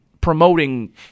promoting